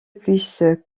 plus